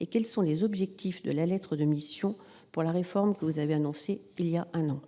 et quels sont les objectifs de la lettre de mission pour la réforme que vous avez annoncée il y a un an ?